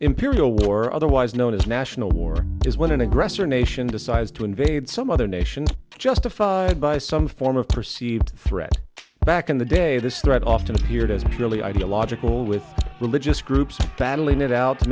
imperial war otherwise known as national war is when an aggressor nation decides to invade some other nations justified by some form of perceived threat back in the day this threat often appeared as purely ideological with religious groups battling it out to